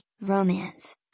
romance